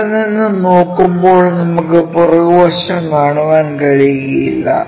ഇവിടെ നിന്ന് നോക്കുമ്പോൾ നമുക്ക് പുറകുവശം കാണാൻ കഴിയില്ല